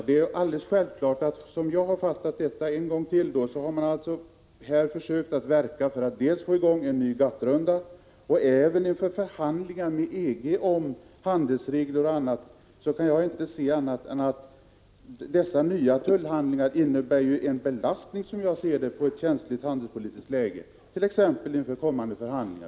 Herr talman! En gång till. Jag har fattat saken så, att man har försökt att verka för att dels få i gång en ny GATT-runda, dels också få förhandlingar med EG om handelsregler och annat. Därför kan jag inte se annat än att detta skulle innebära en belastning i ett känsligt handelspolitiskt läge, t.ex. med tanke på kommande förhandlingar.